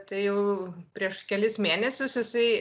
tai jau prieš kelis mėnesius jisai